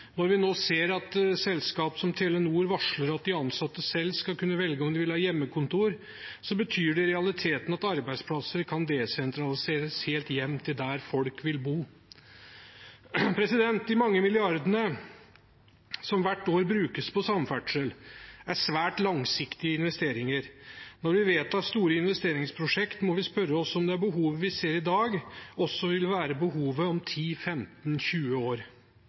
Når vi nå ser at selskaper som Telenor varsler at de ansatte selv skal kunne velge om de vil ha hjemmekontor, betyr det i realiteten at arbeidsplasser kan desentraliseres helt hjem til der folk vil bo. De mange milliardene kroner som hvert år brukes på samferdsel, er svært langsiktige investeringer. Når vi vedtar store investeringsprosjekter, må vi spørre oss om det behovet vi ser i dag, også vil være behovet om 10, 15 eller 20 år.